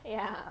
ya